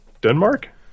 Denmark